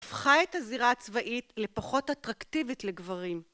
הפכה את הזירה הצבאית לפחות אטרקטיבית לגברים